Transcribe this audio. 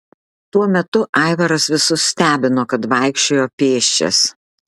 tuo metu aivaras visus stebino kad vaikščiojo pėsčias